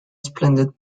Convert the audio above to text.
splendid